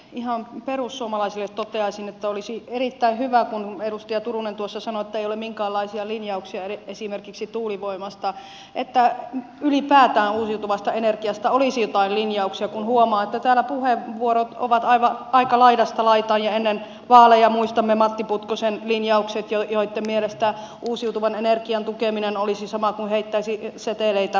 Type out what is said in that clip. ihan perussuomalaisille toteaisin että olisi erittäin hyvä kun edustaja turunen tuossa sanoi että ei ole minkäänlaisia linjauksia esimerkiksi tuulivoimasta että ylipäätään uusiutuvasta energiasta olisi joitain linjauksia kun huomaa että täällä puheenvuorot ovat aika laidasta laitaan ja ennen vaaleja muistamme matti putkosen linjaukset joitten mukaan uusiutuvan energian tukeminen olisi sama kuin heittäisi seteleitä hakekattilaan